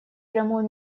прямую